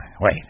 Wait